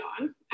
on